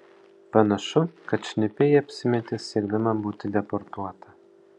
panašu kad šnipe ji apsimetė siekdama būti deportuota